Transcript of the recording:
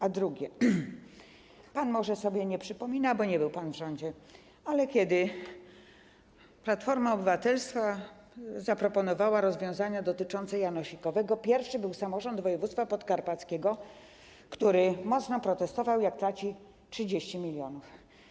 A drugie: pan może sobie nie przypomina, bo nie był pan w rządzie, ale kiedy Platforma Obywatelska zaproponowała rozwiązania dotyczące janosikowego, pierwszy był samorząd województwa podkarpackiego, który mocno protestował, jak tracił 30 mln.